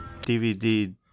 DVD